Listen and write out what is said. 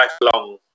lifelong